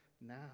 now